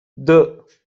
deux